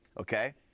okay